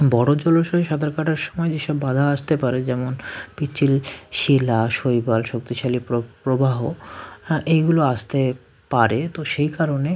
বড়ো জলাশয়ে সাঁতার কাটার সময় যে সব বাধা আসতে পারে যেমন পিচ্ছিল শিলা শৈবাল শক্তিশালী প্রবাহ হ্যাঁ এইগুলো আসতে পারে তো সেই কারণে